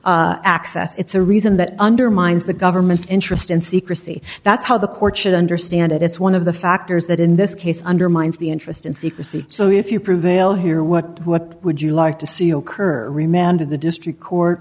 works access it's a reason that undermines the government's interest in secrecy that's how the courts should understand it it's one of the factors that in this case undermines the interest in secrecy so if you prevail here what what would you like to see a curry man do the district court